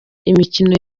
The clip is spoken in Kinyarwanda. imikino